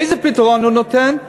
איזה פתרון הוא נותן?